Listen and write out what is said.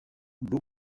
l’eau